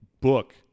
book